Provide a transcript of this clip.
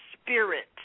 spirit